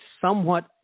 somewhat